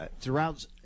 throughout